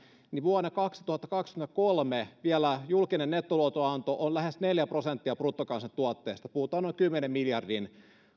vuonna kaksituhattakaksikymmentäkolme vielä julkinen nettoluotonanto on lähes neljä prosenttia bruttokansantuotteesta puhutaan noin kymmenen miljardin